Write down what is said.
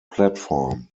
platform